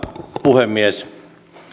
puhemies